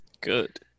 Good